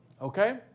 Okay